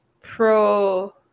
pro